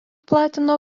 platino